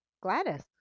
Gladys